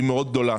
מאוד גדולה.